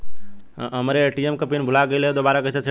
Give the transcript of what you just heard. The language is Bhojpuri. हमरे ए.टी.एम क पिन भूला गईलह दुबारा कईसे सेट कइलजाला?